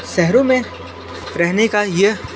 शहरों में रहने का यह